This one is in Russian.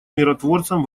миротворцам